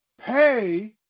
pay